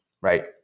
right